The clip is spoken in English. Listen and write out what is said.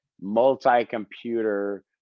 multi-computer